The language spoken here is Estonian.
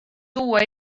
tuua